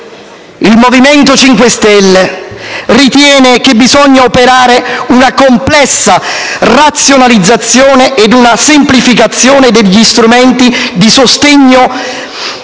Il Movimento 5 Stelle ritiene che bisogna operare una complessa razionalizzazione ed una semplificazione degli strumenti di sostegno